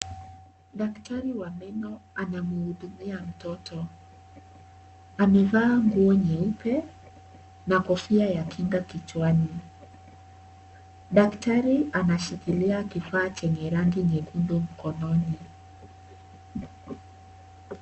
Daktari wa meno anamhudumia mtoto. Amevaa nguo nyeupe na kofia ya kinga kichwani. Daktari anashikilia kifaa chenye rangi nyekundu mkononi.